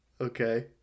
Okay